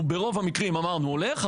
הוא ברוב המקרים אמרנו הולך,